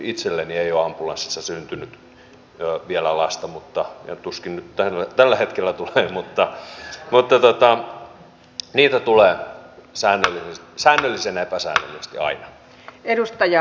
itselleni ei ole ambulanssissa syntynyt vielä lasta tuskin tällä hetkellä tuleekaan mutta niitä tulee säännöllisen epäsäännöllisesti aina